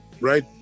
right